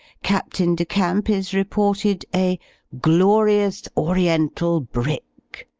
captain de camp is reported a glorious oriental brick,